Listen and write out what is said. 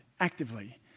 actively